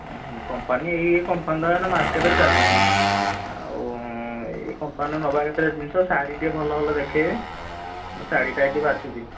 ହଁ ହଁ କମ୍ପାନୀ ଏଇ ଏଇ କମ୍ପାନୀ ତ ଏବେ ମାର୍କେଟ୍ରେ ଚାଲୁଛି ଆଉ ଏଇ କମ୍ପାନୀର ନେବା କେତେଟା ଜିନିଷ ଶାଢ଼ୀ ଟିକିଏ ଭଲ ଭଲ ଦେଖେଇବେ ମୁ ଶାଢ଼ୀଟା ଏଠି ବାଛୁଛି